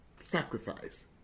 sacrifice